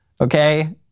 Okay